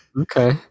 okay